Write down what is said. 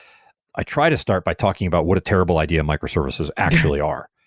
i try to start by talking about what a terrible idea microservices actually are.